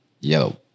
Yo